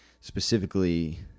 specifically